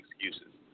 excuses